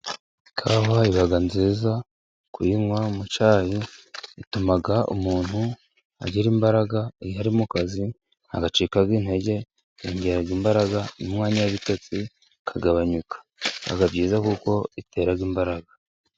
Ikawa iba nziza kuyinywa mu cyayi, ituma umuntu agira imbaraga, iyari mu kazi ntabwo acika intege, yongera imbaraga n' umwanya w'ibitotsi ikagabanyuka, biba byiza kuko bitera imbaraga.